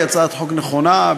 היא הצעת חוק נכונה,